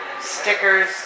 stickers